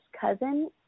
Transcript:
cousin